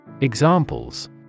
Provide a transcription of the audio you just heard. Examples